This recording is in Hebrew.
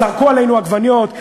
זרקו עלינו עגבניות,